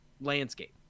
landscape